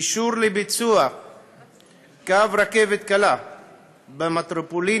אושר לביצוע קו רכבת קלה במטרופולינים,